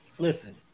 Listen